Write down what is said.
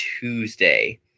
Tuesday